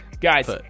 guys